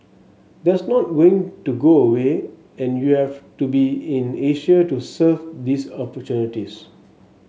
that's not going to go away and you have to be in Asia to serve these opportunities